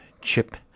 Chip